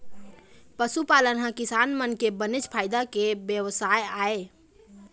पशुपालन ह किसान मन के बनेच फायदा के बेवसाय आय